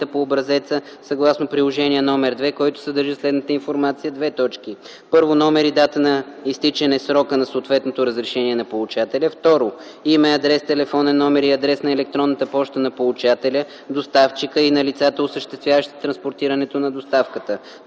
по образеца съгласно Приложение № 2, който съдържа следната информация: 1. номер и дата на изтичане срока на съответното разрешение на получателя; 2. име, адрес, телефонен номер и адрес на електронната поща на получателя, доставчика и на лицата, осъществяващи транспортирането на доставката;